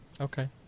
Okay